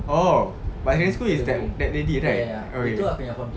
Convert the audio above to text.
oh primary school is that that lady right okay